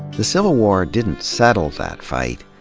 the civil war didn't settle that fight,